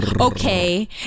Okay